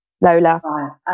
Lola